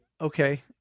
okay